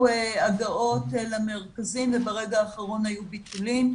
הגעות למרכזים וברגע האחרון היו ביטולים.